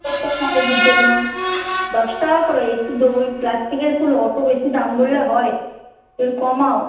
গেটটা সাজানোর জন্য দশ টাকা করে কিন্তু ওই প্লাস্টিকের ফুল অত বেশি দাম বললে হয় একটু কমাও